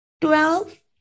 Twelve